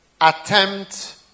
attempt